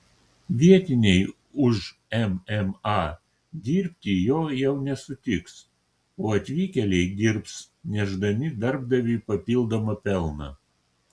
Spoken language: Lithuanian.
vietiniai už mma dirbti jo jau nesutiks o atvykėliai dirbs nešdami darbdaviui papildomą pelną